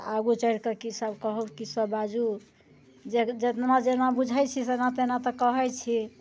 तऽ आगू चढ़िके की सब कहू की सभ बाजू जेना जेना बुझैत छियै तेना तेना तऽ कहैत छी